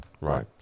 Right